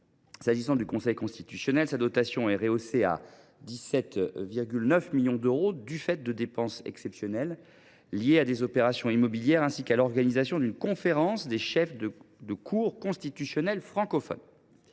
dotation du Conseil constitutionnel est rehaussée à 17,9 millions d’euros en raison de dépenses exceptionnelles liées à des opérations immobilières, ainsi qu’à l’organisation d’une conférence des chefs de cours constitutionnelles francophones.